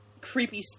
creepy